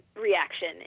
reaction